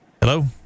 Hello